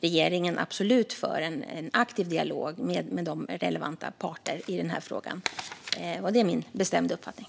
Regeringen för absolut en aktiv dialog med de relevanta parterna i den här frågan. Det är min bestämda uppfattning.